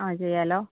ആ ചെയ്യാലോ